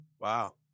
wow